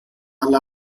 alla